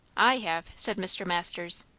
i have, said mr. masters.